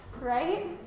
right